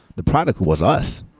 the product was us,